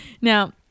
now